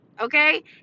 okay